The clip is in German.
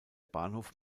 bahnhof